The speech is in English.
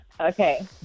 okay